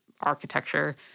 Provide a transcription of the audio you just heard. architecture